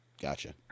Gotcha